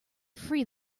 free